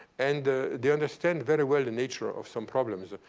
and they understand very well the nature of some problems,